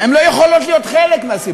מהסיפור, הן לא יכולות להיות חלק מהסיפור.